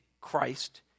Christ